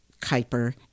Kuiper